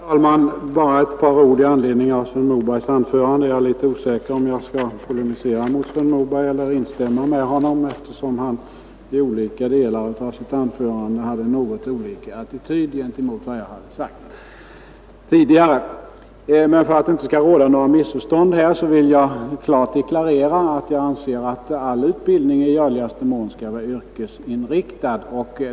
Herr talman! Bara några ord i anledning av statsrådet Mobergs anförande. Jag är litet osäker om jag skall polemisera mot statsrådet eller instämma med honom, eftersom han i olika delar av sitt anförande hade något olika attityd gentemot vad jag hade sagt tidigare. Men för att det inte skall råda något missförstånd vill jag klart deklarera att jag anser att all utbildning i görligaste mån skall vara yrkesinriktad.